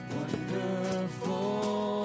wonderful